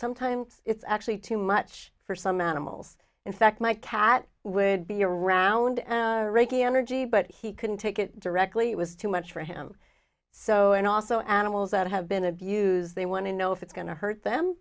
sometimes it's actually too much for some animals in fact my cat would be around reiki energy but he couldn't take it directly it was too much for him so and also animals that have been abused they want to know if it's going to hurt them